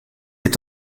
est